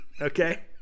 okay